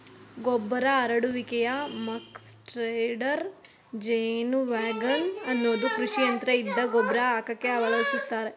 ಗೊಬ್ಬರ ಹರಡುವಿಕೆಯ muck spreader ಜೇನುವ್ಯಾಗನ್ ಅನ್ನೋದು ಕೃಷಿಯಂತ್ರ ಇದ್ನ ಗೊಬ್ರ ಹಾಕಕೆ ಬಳುಸ್ತರೆ